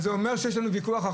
אז יופי,